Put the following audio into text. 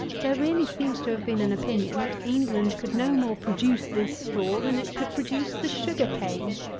there really seems to have been an opinion, that england could no more produce this straw than it could produce the sugar-cane.